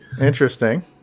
interesting